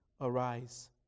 arise